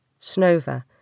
Snova